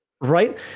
Right